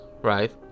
right